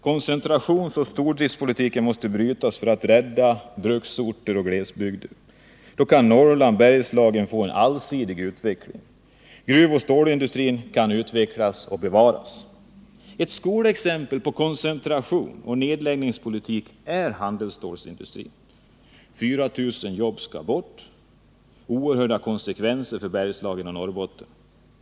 Koncentrationsoch stordriftspolitiken måste brytas för att rädda bruksorter och glesbygder. Då kan Norrland och Bergslagen få en allsidig utveckling. Gruvoch stålindustrin kan utvecklas och bevaras. Ett skolexempel på koncentrationsoch nedläggningspolitik utgör handelsstålsindustrin. 4 000 jobb skall bort, vilket får oerhörda konsekvenser för Bergslagen och Norrbotten.